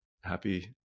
happy